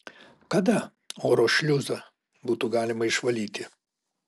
kada oro šliuzą būtų galima išvalyti